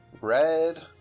red